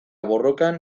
borrokan